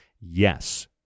Yes